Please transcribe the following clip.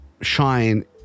shine